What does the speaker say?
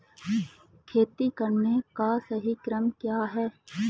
खेती करने का सही क्रम क्या है?